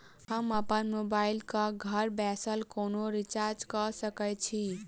हम अप्पन मोबाइल कऽ घर बैसल कोना रिचार्ज कऽ सकय छी?